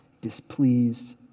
displeased